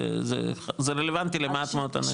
זה רלבנטי למעט מאוד אנשים.